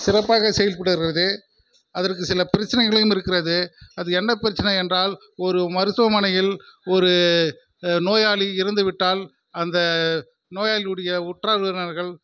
சிறப்பாக செயல்பட்டு வருகிறது அதற்கு சில பிரச்சனைகளையும் இருக்கிறது அது என்ன பிரச்சனை என்றால் ஒரு மருத்துவமனையில் ஒரு நோயாளி இறந்துவிட்டால் அந்த நோயாளியுடைய உற்றார் உறவினர்கள்